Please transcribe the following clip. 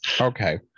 Okay